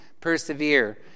persevere